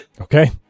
Okay